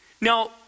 Now